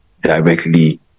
directly